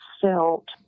felt